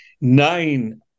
nine